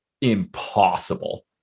impossible